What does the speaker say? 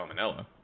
salmonella